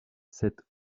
cette